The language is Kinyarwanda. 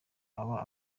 aba